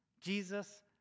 Jesus